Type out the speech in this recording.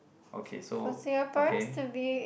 okay so okay